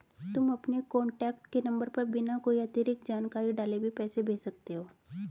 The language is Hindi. तुम अपने कॉन्टैक्ट के नंबर पर बिना कोई अतिरिक्त जानकारी डाले भी पैसे भेज सकते हो